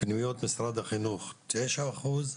פנימיות משרד החינוך - 9 אחוז,